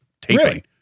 taping